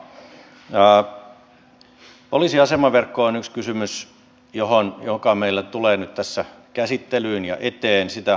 poliisiasemaverkko on yksi kysymys joka meille tulee tässä nyt käsittelyyn ja eteen sitä harkitaan